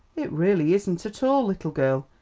it really isn't at all, little girl,